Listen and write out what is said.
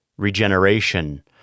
regeneration